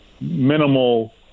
minimal